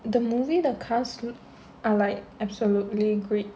the movie the cast are like absolutely great